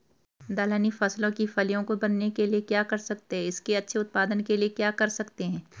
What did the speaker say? दलहनी फसलों की फलियों को बनने के लिए क्या कर सकते हैं इसके अच्छे उत्पादन के लिए क्या कर सकते हैं?